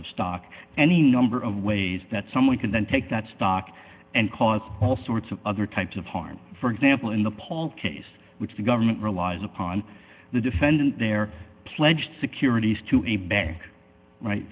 of stock any number of ways that someone can then take that stock and cause all sorts of other types of harm for example in the paul case which the government relies upon the defendant their pledge securities to a ba